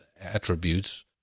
attributes